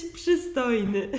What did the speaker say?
przystojny